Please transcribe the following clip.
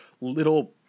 little